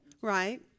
Right